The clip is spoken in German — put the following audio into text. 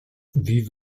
wie